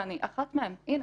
ואני אחת מהן הנה,